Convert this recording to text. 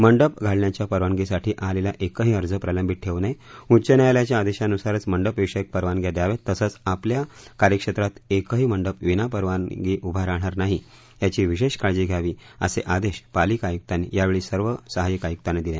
मंडप घालण्याच्या परवानगीसाठी आलेला एकही अर्ज प्रलंबित ठेवू नये उच्च न्यायालयाच्या आदेशानुसारच मंडपविषयक परवानग्या द्याव्यात तसंच आपल्या कार्यक्षेत्रात एकही मंडप विना परवानगी उभा राहाणार नाही याची विशेष काळजी घ्यावी असे आदेश पालिका आयुक्तांनी यावेळी सर्व सहाय्यक आयुक्तांना दिले